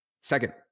Second